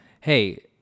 hey